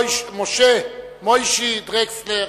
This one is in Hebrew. משה דרקסלר,